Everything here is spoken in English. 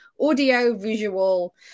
audio-visual